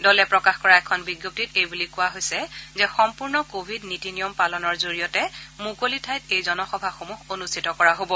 দলে প্ৰকাশ কৰা এখন বিজ্ঞপ্তিত এইবুলি কোৱা হৈছে যে সম্পূৰ্ণ কোভিড নীতি নিয়ম পালনৰ জৰিয়তে মুকলি ঠাইত এই জনসভাসমূহ অনুষ্ঠিত কৰা হ'ব